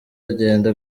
agenda